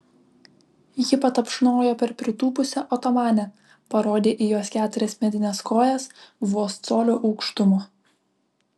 ji patapšnojo per pritūpusią otomanę parodė į jos keturias medines kojas vos colio aukštumo